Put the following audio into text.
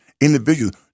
individuals